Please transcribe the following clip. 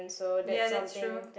ya that's true